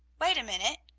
wait a minute,